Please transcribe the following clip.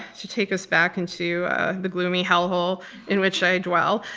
to take us back into the gloomy hellhole in which i dwell.